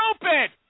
stupid